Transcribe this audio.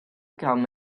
come